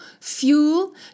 fuel